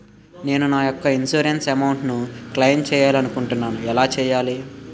నేను నా యెక్క ఇన్సురెన్స్ అమౌంట్ ను క్లైమ్ చేయాలనుకుంటున్నా ఎలా చేయాలి?